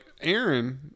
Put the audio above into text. Aaron